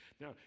Now